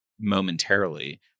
momentarily